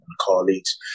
colleagues